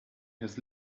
has